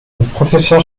professeur